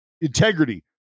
integrity